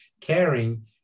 caring